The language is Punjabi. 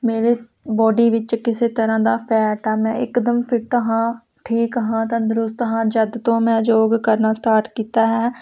ਮੇਰੇ ਬੋਡੀ ਵਿੱਚ ਕਿਸੇ ਤਰ੍ਹਾਂ ਦਾ ਫੈਟ ਆ ਮੈਂ ਇਕਦਮ ਫਿਟ ਹਾਂ ਠੀਕ ਹਾਂ ਤੰਦਰੁਸਤ ਹਾਂ ਜਦ ਤੋਂ ਮੈਂ ਯੋਗ ਕਰਨਾ ਸਟਾਰਟ ਕੀਤਾ ਹੈ